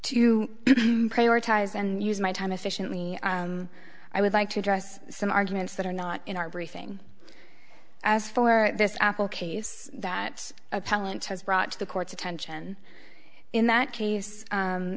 to prioritize and use my time efficiently i would like to address some arguments that are not in our briefing as for this apple case that appellant has brought to the court's attention in that case